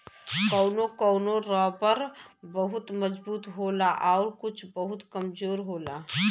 कौनो कौनो रबर बहुत मजबूत होला आउर कुछ बहुत कमजोर होला